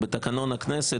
בתקנון הכנסת,